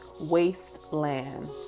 Wasteland